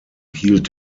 hielt